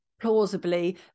plausibly